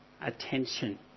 attention